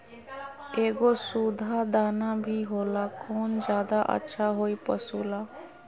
एगो सुधा दाना भी होला कौन ज्यादा अच्छा होई पशु ला?